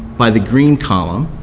by the green column.